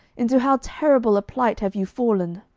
into how terrible a plight have you fallen